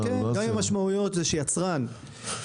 למה זה הוראת שעה?